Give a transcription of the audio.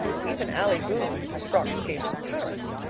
even allie boone, whose frocks came from paris,